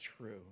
true